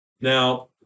Now